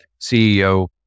CEO